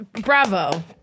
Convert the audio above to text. bravo